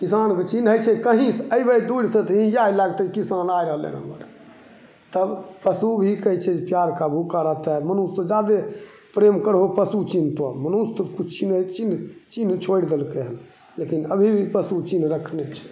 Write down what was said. किसानके चिन्है छै कहीँसे अएबै दूरसे तऽ हिँहिँआए लागतै किसान आ रहलै हँ हमर तब पशु भी कहै छै जे प्यार का भूखा रहता है मनुखसे जादे प्रेम करहो पशु चिन्हतऽ मनुख तऽ किछु चिन्है चिन्ह चिन्ह छोड़ि देलकै हँ लेकिन अभी भी पशु चिन्ह राखने छै